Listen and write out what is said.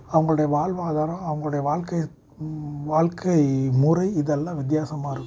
அவங்களுடைய வாழ்வாதாரம் அவங்களுடைய வாழ்க்கைய வாழ்க்கை முறை இதெல்லாம் வித்தியாசமாக இருக்கும்